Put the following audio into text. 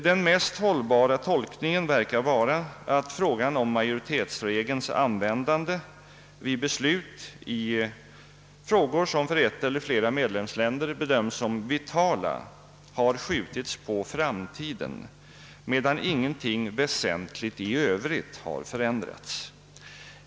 Den mest hållbara tolkningen verkar vara att frågan om majoritetsregelns användande vid beslut i frågor, som för ett eller flera medlemsländer bedöms som vitala, har skjutits på framtiden, medan ingenting väsentligt i övrigt har förändrats.